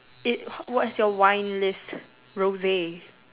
it what is your wine list Rosy